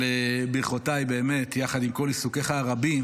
אבל ברכותיי, באמת, יחד עם כל עיסוקיך הרבים